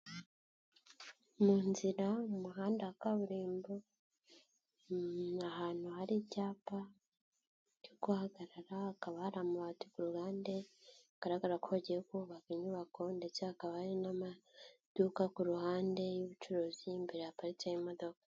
Mu nzira mu muhanda wa kaburimbo, ahantu hari icyapa cyo guhagarara, hakaba hari amuhati ku ruhande, bigaragara ko hagiye kubakwa inyubako, ndetse hakaba hari n'amaduka ku ruhande y'ubucuruzi, imbere haparitse imodoka.